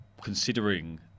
considering